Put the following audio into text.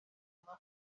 guma